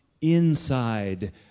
inside